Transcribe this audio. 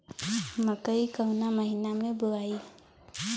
मकई कवना महीना मे बोआइ?